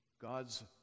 God's